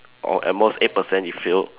or at most eight percent if failed